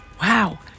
Wow